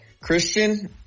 Christian